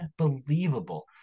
unbelievable